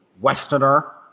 Westerner